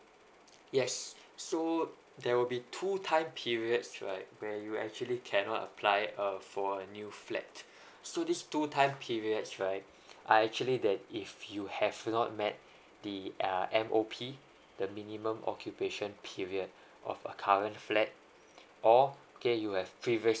yes so there will be two time periods right where you actually cannot apply a for a new flat so these two time periods right I actually that if you have not met the uh M_O_P the minimum occupation period of a current flat or